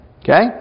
Okay